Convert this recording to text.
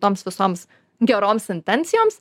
toms visoms geroms intencijoms